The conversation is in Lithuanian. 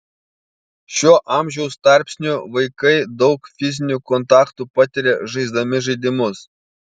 šiuo amžiaus tarpsniu vaikai daug fizinių kontaktų patiria žaisdami žaidimus